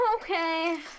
Okay